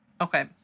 Okay